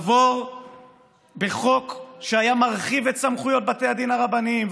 עבור בחוק שהיה מרחיב את סמכויות בתי הדין הרבניים,